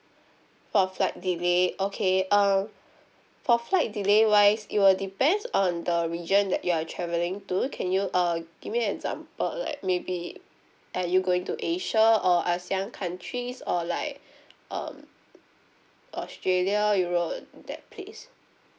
for flight delay okay err for flight delay wise it will depends on the region that you are travelling to can you uh give me an example like maybe are you going to asia or ASEAN countries or like um australia europe that place